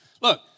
Look